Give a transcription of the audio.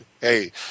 hey